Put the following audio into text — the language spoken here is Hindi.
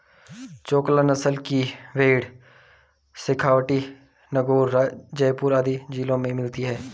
चोकला नस्ल की भेंड़ शेखावटी, नागैर, जयपुर आदि जिलों में मिलती हैं